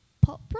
Pop